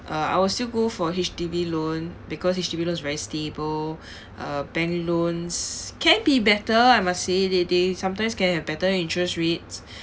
uh I will still go for H_D_B loan because H_D_B loan is very stable uh bank loans can be better I must say they they sometimes can have better interest rates